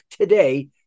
today